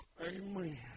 Amen